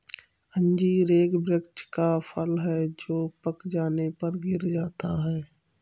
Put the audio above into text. अंजीर एक वृक्ष का फल है जो पक जाने पर गिर जाता है